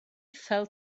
fell